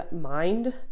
mind